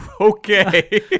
okay